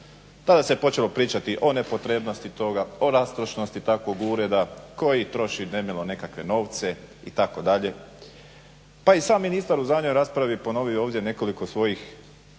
Tada se počelo pričati o nepotrebnosti toga, o rastrošnosti takvog ureda koji troši nemilo nekakve novce itd. Pa i sam ministar u zadnjoj raspravi je ponovio ovdje nekoliko svojih